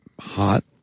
hot